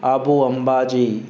Abu Amba जी